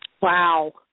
Wow